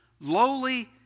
lowly